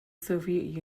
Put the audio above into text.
soviet